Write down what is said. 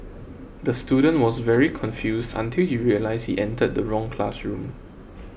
the student was very confused until he realised he entered the wrong classroom